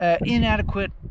inadequate